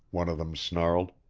one of them snarled.